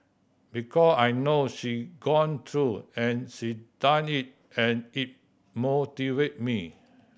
because I know she gone through and she done it and it motivate me